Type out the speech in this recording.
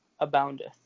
Aboundeth